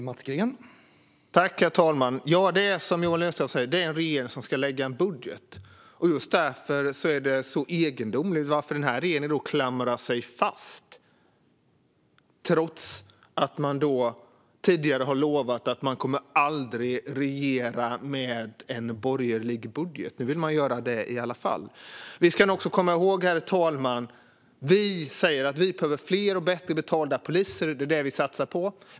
Herr talman! Det är som Johan Löfstrand säger, att det är en regering som ska lägga fram en budget. Just därför är det så egendomligt att den här regeringen klamrar sig fast, trots att man tidigare har lovat att man aldrig kommer att regera med en borgerlig budget. Nu vill man göra det i alla fall. Vi säger att vi behöver fler och bättre betalda poliser, det är det vi satsar på.